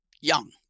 young